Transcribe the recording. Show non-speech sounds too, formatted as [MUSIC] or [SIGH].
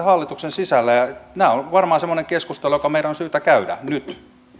[UNINTELLIGIBLE] hallituksen sisällä tämä on varmaan semmoinen keskustelu joka meidän on syytä käydä nyt